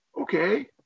Okay